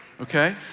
Okay